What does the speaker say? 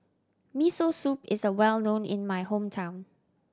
Miso Soup is well known in my hometown